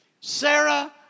Sarah